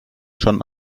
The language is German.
schon